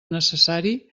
necessari